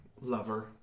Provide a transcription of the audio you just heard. lover